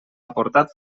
aportat